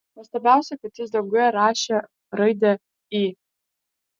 nuostabiausia kad jis danguje rašė raidę i